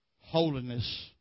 holiness